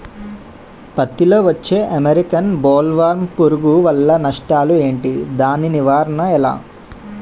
పత్తి లో వచ్చే అమెరికన్ బోల్వర్మ్ పురుగు వల్ల నష్టాలు ఏంటి? దాని నివారణ ఎలా?